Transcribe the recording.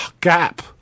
gap